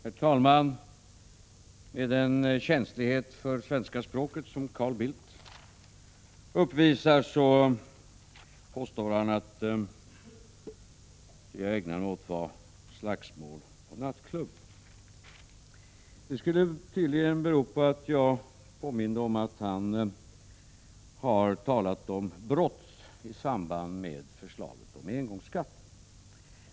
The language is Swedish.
Herr talman! Med den känslighet för svenska språket som Carl Bildt uppvisar påstår han att det som jag ägnar mig åt är slagsmål på nattklubb. Det skulle tydligen bero på att jag påminde om att han har talat om brott i samband med förslaget om engångsskatt.